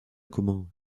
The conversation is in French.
commun